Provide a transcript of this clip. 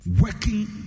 Working